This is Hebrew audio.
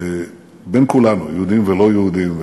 בין כולנו, יהודים ולא-יהודים,